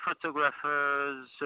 photographers